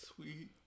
Sweet